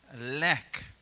lack